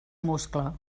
muscle